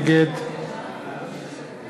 נגד